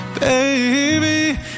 Baby